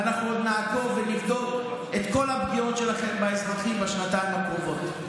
ואנחנו עוד נעקוב ונבדוק את כל הפגיעות שלכם באזרחים בשנתיים הקרובות.